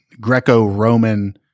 Greco-Roman